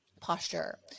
posture